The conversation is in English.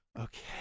Okay